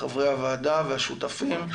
חברי הוועדה והשותפים,